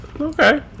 Okay